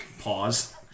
Pause